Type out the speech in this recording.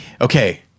okay